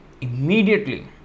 Immediately